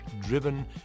driven